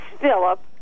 Philip